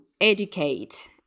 educate